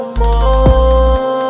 more